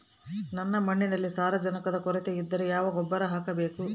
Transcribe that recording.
ನನ್ನ ಮಣ್ಣಿನಲ್ಲಿ ಸಾರಜನಕದ ಕೊರತೆ ಇದ್ದರೆ ಯಾವ ಗೊಬ್ಬರ ಹಾಕಬೇಕು?